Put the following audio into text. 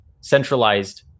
centralized